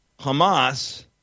Hamas